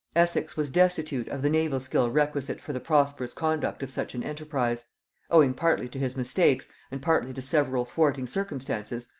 essex was destitute of the naval skill requisite for the prosperous conduct of such an enterprise owing partly to his mistakes, and partly to several thwarting circumstances,